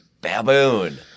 baboon